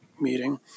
meeting